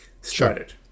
started